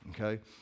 Okay